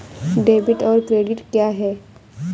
Debit और credit क्या है?